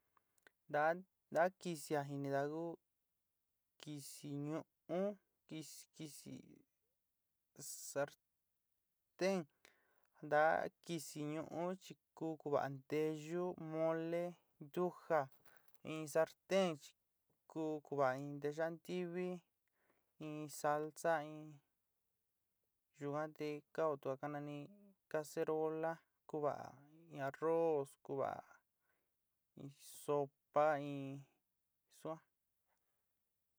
Ntaá ntaá kɨsía jinidá ku kɨsi ñu'u kɨsi kɨsi sartenda kisi ñu´u chi ku kuvá nteyú, molé. ntujá in sarten chi ku kuva in nteyá ntiví in salsa in yuan te kao to a ka naní cacerolá kuva'a in arroz kuva'a sopa in suan.